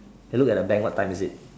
he look at the bank what time is it